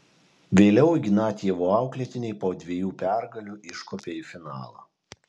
vėliau ignatjevo auklėtiniai po dviejų pergalių iškopė į finalą